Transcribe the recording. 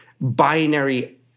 binary